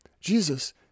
Jesus